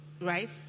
right